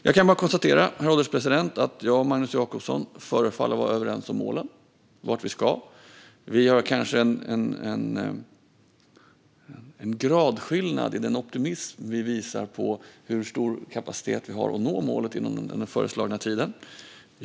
Jag kan bara konstatera att jag och Magnus Jacobsson förefaller vara överens om målen, alltså om vart vi ska. Det finns kanske en gradskillnad i den optimism vi visar när det gäller hur stor kapacitet vi har att nå målet inom den föreslagna tiden.